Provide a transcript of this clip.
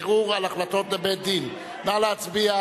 ערעור על החלטות לבית-דין אזורי לעבודה) נא להצביע.